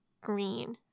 green